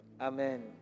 amen